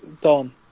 Don